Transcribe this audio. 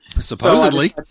supposedly